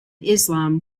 islam